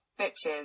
Bitches